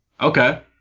Okay